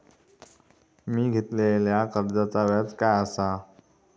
मी घेतलाल्या कर्जाचा व्याज काय आसा?